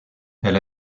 elle